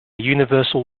universal